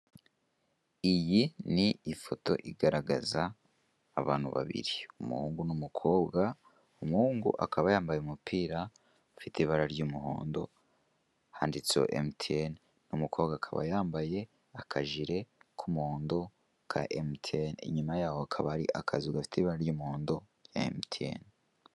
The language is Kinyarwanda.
Iyi ni ifoto igaragaza abantu babiri umuhungu n'umukobwa, umuhungu akaba yambaye umupira ufite ibara ry'umuhondo handitseho emutiyene, umukobwa yambaye akajire k'umuhondo ka emutiyene, inyuma yaho hakaba hari akazu gafite ibara ry'umuhondo rya emutiyene.